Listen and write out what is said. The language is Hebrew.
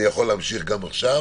אני יכול להמשיך גם עכשיו.